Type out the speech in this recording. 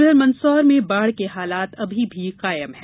उधर मंदसौर में बाढ़ के हालात अभी भी कायम है